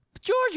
george